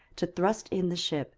to thrust in the ship